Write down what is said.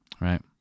Right